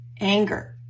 anger